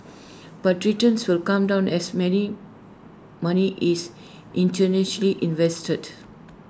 but returns will come down as many money is invested